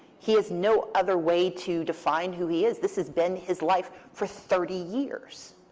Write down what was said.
he has no other way to define who he is. this has been his life for thirty years.